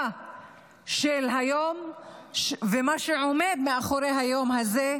של היום ומה שעומד מאחורי היום הזה,